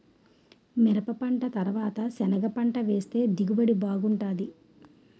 మిరపపంట తరవాత సెనగపంట వేస్తె దిగుబడి బాగుంటాది